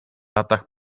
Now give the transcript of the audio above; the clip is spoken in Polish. latach